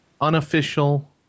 unofficial